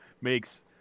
makes